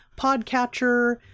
podcatcher